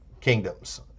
kingdoms